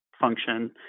function